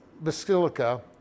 basilica